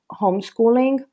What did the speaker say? homeschooling